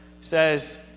says